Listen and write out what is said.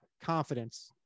confidence